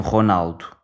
Ronaldo